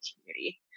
community